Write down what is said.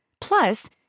Plus